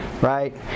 Right